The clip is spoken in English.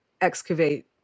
excavate